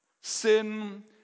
Sin